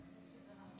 אני מאמין שהאינטרסים